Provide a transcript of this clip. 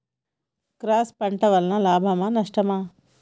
Cross పంట వలన లాభమా నష్టమా?